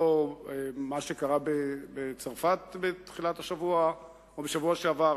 לא מה שקרה בצרפת בשבוע שעבר,